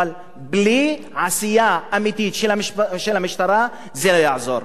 אבל בלי עשייה אמיתית של המשטרה זה לא יעזור.